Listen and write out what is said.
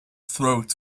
throat